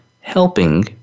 helping